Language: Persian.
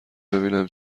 ببینم